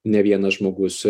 ne vienas žmogus